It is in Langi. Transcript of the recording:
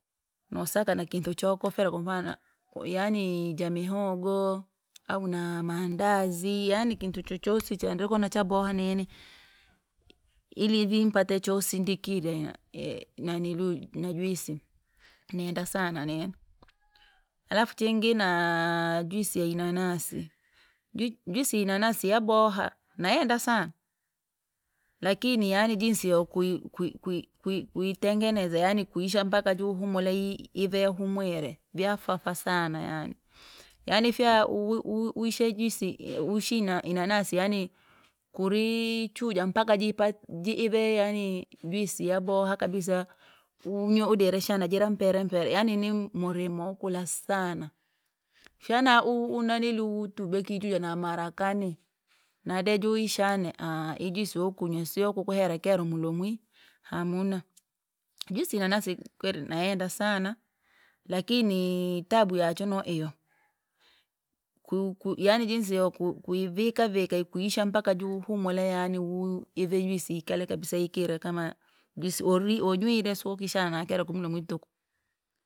Nosaka nikintu chokofera kwamfano yaani jamihogo, au namaandazi, yaani kintu chochosi cha ndri kuona chaboha nini, ili vii mpate chosindikirirya naniluu najuisi, nenda sana nini, alafu chingi naa! Juisi ya inanasi, jui- juisi ya inanasi yaboha nayenda sana, lakini yaani jinsi yakui kui- kui- ku- kuitengenza yaani kuisha mpaka juu humule i- ive yahumwire, vyafafa sana. Yaani fyau uwi- uwishe juisi ishina inanasi yaani, kuri ichija mpaka jiipa jiivee yanii juisi yaboha kibasa, unywe udire shana jirampere mpere yaani ni murimo wakula sana, fyana u- unauluu utue kichuja na mara kani, nadee jivishane ahaa, ihi juisi wakunywa siyokukuhera kero mulomwi, hamuna, juisi ya inanasi kweli nayenda sana, lakini! Tabu yacho noiyo, ku- kuyaani jinsi yauku kavika vika ikuisha mpaka juhumule yaani uhu ive juisi ikale kabisa ikila kama juisi olwi wonywire sokishana na kero kunu mulomwi tuku.